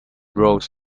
rolls